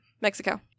Mexico